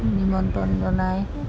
নিমন্ত্ৰণ জনায়